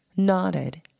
nodded